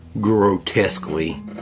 grotesquely